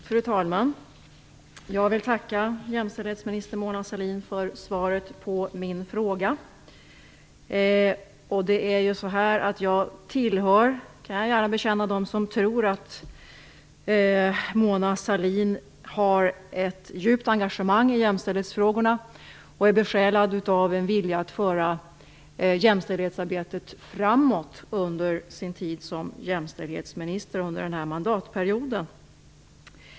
Fru talman! Jag vill tacka jämställdhetsminister Mona Sahlin för svaret på min fråga. Jag är en av dem som tror att Mona Sahlin har ett djupt engagemang i jämställdhetsfrågorna och är besjälad av en vilja att föra jämställdhetsarbetet framåt under sin tid som jämställdhetsminister under denna mandatperiod.